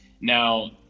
now